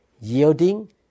yielding